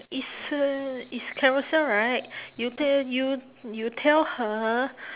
is uh is carousell right you te~ you you tell her